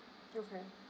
okay